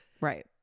Right